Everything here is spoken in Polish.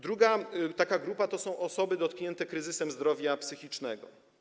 Druga grupa to są osoby dotknięte kryzysem zdrowia psychicznego.